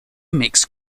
mix